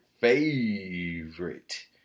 favorite